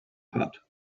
hot